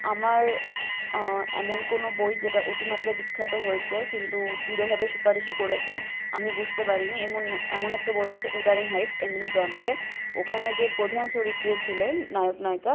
আমার এমন কোনো বই যেটা অতি মাত্রায় বিখ্যাত হয়েছে কিন্তু দৃঢ়ভাবে সুপারিশও করেছে আমি বুঝতে পারি নি এমন এমন একটা বই হচ্ছে উদারিং হাইটস এমিলি ব্রন্তের ওখানে যে প্রধান চরিত্রে ছিলেন নায়ক নায়িকা